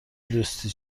دوستی